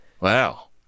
Wow